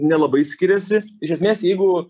nelabai skiriasi iš esmės jeigu